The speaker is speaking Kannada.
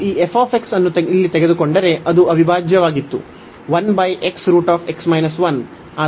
ನಾವು ಈ f ಅನ್ನು ಇಲ್ಲಿ ತೆಗೆದುಕೊಂಡರೆ ಅದು ಅವಿಭಾಜ್ಯವಾಗಿತ್ತು